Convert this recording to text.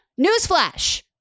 Newsflash